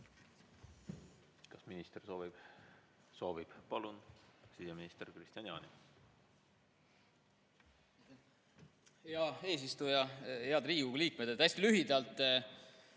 Kas minister soovib sõna? Palun, siseminister Kristian Jaani!